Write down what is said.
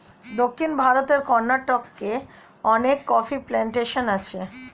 দক্ষিণ ভারতের কর্ণাটকে অনেক কফি প্ল্যান্টেশন আছে